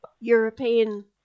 European